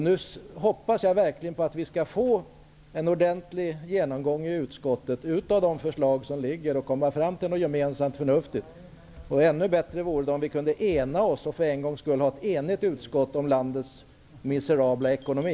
Nu hoppas jag att vi i utskottet verkligen skall få till stånd en ordentlig genomgång av de förslag som föreligger och gemensamt komma fram till något förnuftigt. Ännu bättre vore det om vi kunde enas och om för en gångs skull ett enigt utskott kunde stå bakom förslagen för att åtgärda landets miserabla ekonomi.